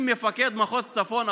אם מפקד מחוז צפון,